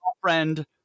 friend